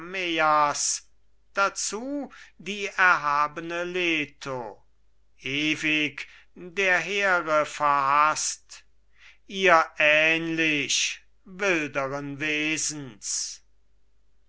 dazu die erhabene leto ewig der here verhaßt ihr ähnlich milderes wesens